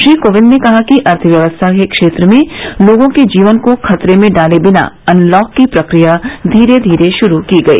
श्री कोविंद ने कहा कि अर्थव्यवस्था के क्षेत्र में लोगों के जीवन को खतरे में डाले बिना अनलॉक की प्रक्रिया धीरे धीरे शुरू की गई